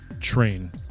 train